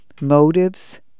Motives